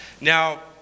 now